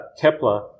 Kepler